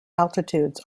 altitudes